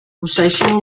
posseeixen